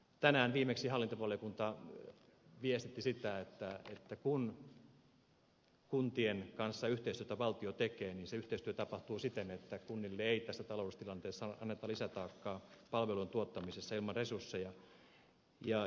tänään viimeksi hallintovaliokunta viestitti sitä että kun valtio tekee kuntien kanssa yhteistyötä niin se yhteistyö tapahtuu siten että kunnille ei tässä taloudellisessa tilanteessa anneta lisätaakkaa palvelujen tuottamisessa ilman resursseja